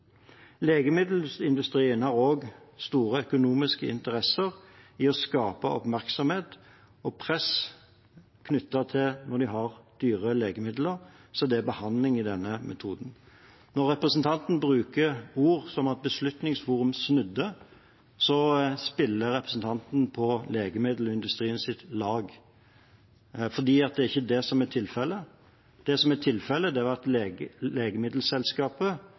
Legemiddelindustrien har også store økonomiske interesser i å skape oppmerksomhet og press når de har dyre legemidler, og det er behandling i denne metoden. Når representanten bruker ord som at Beslutningsforum snudde, spiller representanten på legemiddelindustriens lag, for det er ikke det som er tilfellet. Det som er tilfellet, var at legemiddelselskapet